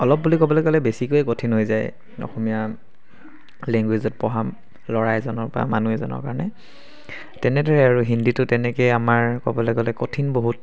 অলপ বুলি ক'বলৈ গ'লে বেছিকৈ কঠিন হৈ যায় অসমীয়া লেংগুৱেজত পঢ়া ল'ৰা এজনৰ বা মানুহ এজনৰ কাৰণে তেনেদৰে আৰু হিন্দীটো তেনেকৈ আমাৰ ক'বলৈ গ'লে কঠিন বহুত